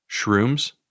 shrooms